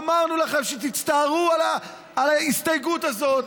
אמרנו לכם שתצטערו על ההסתייגות הזאת